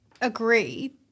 agree